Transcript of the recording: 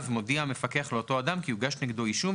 מודיע המפקח לאותו אדם כי הוגש נגדו אישום,